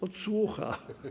Odsłucha.